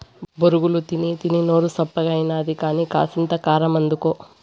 బొరుగులు తినీతినీ నోరు సప్పగాయినది కానీ, కాసింత కారమందుకో